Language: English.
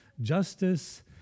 Justice